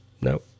no